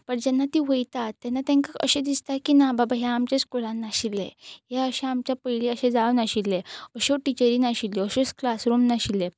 but जेन्ना ती वयतात तेन्ना तेंकां अशें दिसता की ना बाबा हें आमच्या स्कुलान नाशिल्लें हें अशें आमच्या पयलीं अशें जावं नाशिल्लें अश्यो टिचरी नाशिल्लो अशेच क्लासरूम नाशिल्ले